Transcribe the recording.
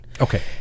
okay